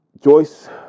Joyce